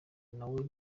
nawe